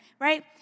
right